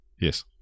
Yes